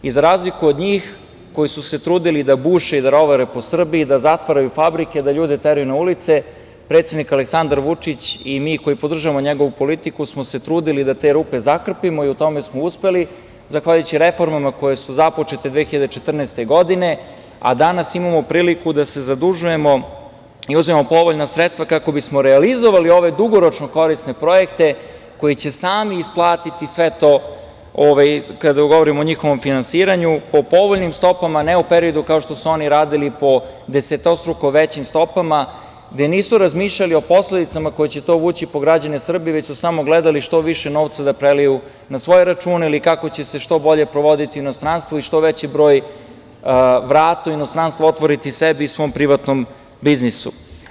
Za razliku od njih, koji su se trudili da buše i da rovare po Srbiji i da zatvaraju fabrike, da ljude teraju na ulice, predsednik Aleksandar Vučić i mi koji podržavamo njegovu politiku smo se trudili da te rupe zakrpimo i u tome smo uspeli, zahvaljujući reformama koje su započete 2014. godine, a danas imamo priliku da se zadužujemo i uzmemo povoljna sredstva, kako bismo realizovali ove dugoročno korisne projekte koji će sami isplatiti sve to kada govorimo o njihovom finansiranju, o povoljnim stopama, ne u periodu kao što su oni radili, po desetostruko većim stopama, gde nisu razmišljali o posledicama koje će to vući po građane Srbije, već su samo gledali što više novca da preliju na svoje račune, ili kako će se što bolje provoditi u inostranstvu i što veći broj vrata u inostranstvu otvoriti sebi i svom privatnom biznisu.